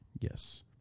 Yes